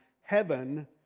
heaven